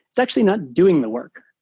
it's actually not doing the work,